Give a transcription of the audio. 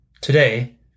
Today